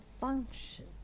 function